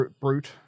brute